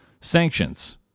sanctions